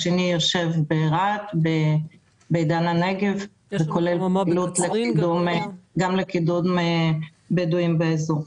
השני יושב ברהט, גם לקידום בדואים באזור.